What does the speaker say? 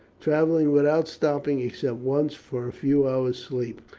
travelling without stopping, except once for a few hours' sleep.